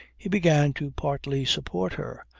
he began to partly support her,